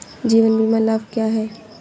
जीवन बीमा लाभ क्या हैं?